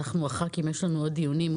יש לנו עוד דיונים,